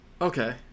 Okay